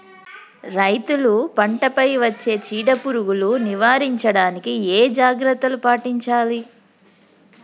రైతులు పంట పై వచ్చే చీడ పురుగులు నివారించడానికి ఏ జాగ్రత్తలు పాటించాలి?